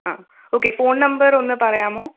ആ ഒക്കെ phone number ഒന്ന് പറയാമോ